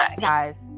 guys